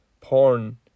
porn